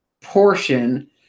portion